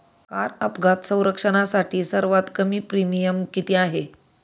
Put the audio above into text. Car अपघात संरक्षणासाठी सर्वात कमी प्रीमियम किती आहे?